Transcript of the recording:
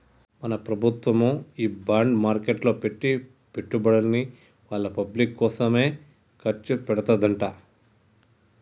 మన ప్రభుత్వము ఈ బాండ్ మార్కెట్లో పెట్టి పెట్టుబడుల్ని వాళ్ళ పబ్లిక్ కోసమే ఖర్చు పెడతదంట